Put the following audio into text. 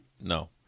No